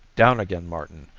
down again, martin.